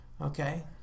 okay